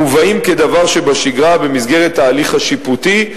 מובאים כדבר שבשגרה במסגרת ההליך השיפוטי,